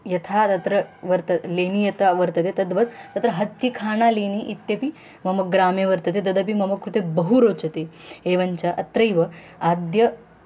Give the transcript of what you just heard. यथा तत्र वर्त लेनि यथा वर्तते तद्वत् तत्र हत्तिखाणालेनि इत्यपि मम ग्रामे वर्तते तदपि मम कृते बहु रोचते एवञ्च अत्रैव आद्यः